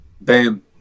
Bam